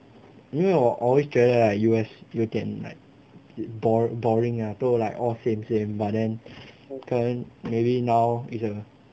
因为我 always 觉得 like U_S 有点 like bor~ boring lah all like same same but then 可能 maybe now is a